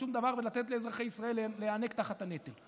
שום דבר ולתת לאזרחי ישראל להיאנק תחת הנטל.